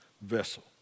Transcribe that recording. vessel